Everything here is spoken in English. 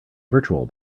virtual